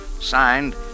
Signed